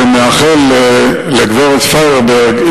ומאחל לגברת פיירברג,